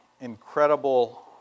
incredible